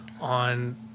on